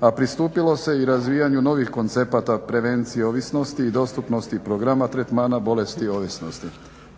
a pristupilo se i razvijanju novih koncepata prevencije ovisnosti i dostupnosti programa tretmana, bolesti i ovisnosti.